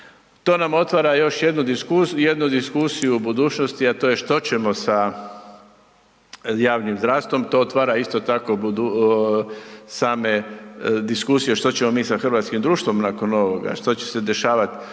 jednu diskusiju, jednu diskusiju o budućnosti, a to je što ćemo sa javnim zdravstvom. To otvara isto tako same diskusije što ćemo mi sa hrvatskim društvom nakon ovoga, što se će se dešavat